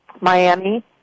Miami